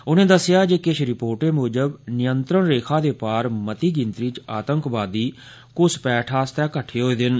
उनें दस्सेआ जे किश रिपोर्टें मुजब नियंत्रण रेखा दे पार मती गिनतरी च आतंकवादी घुसपैठ आस्तै कट्ठे होए दे न